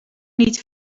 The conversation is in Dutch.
niet